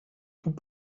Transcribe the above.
tout